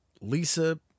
Lisa